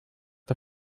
der